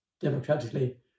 democratically